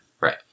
Right